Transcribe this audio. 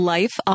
Life